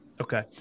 Okay